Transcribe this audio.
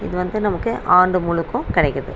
இது வந்து நமக்கு ஆண்டு முழுக்கும் கிடைக்கிது